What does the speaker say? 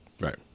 Right